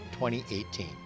2018